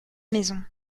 maisons